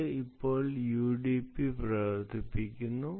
ഇത് ഇപ്പോൾ യുഡിപി പ്രവർത്തിപ്പിക്കുന്നു